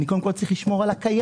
אני קודם כל צריך לשמור על הקיים,